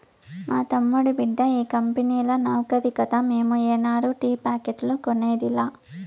మా తమ్ముడి బిడ్డ ఈ కంపెనీల నౌకరి కదా మేము ఏనాడు టీ ప్యాకెట్లు కొనేదిలా